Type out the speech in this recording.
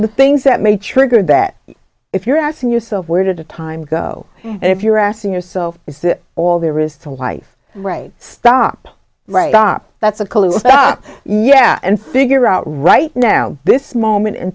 the things that may trigger that if you're asking yourself where did the time go and if you're asking yourself is that all there is to life stop right bob that's a clue yeah and figure out right now this moment in